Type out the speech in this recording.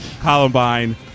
Columbine